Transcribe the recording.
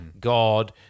God